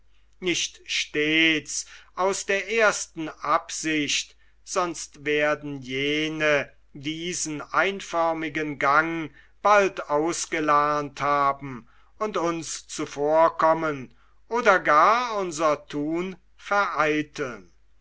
nicht stets aus der ersten absicht sonst werden jene diesen einförmigen gang bald ausgelernt haben und uns zuvorkommen oder gar unser thun vereiteln